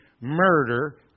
murder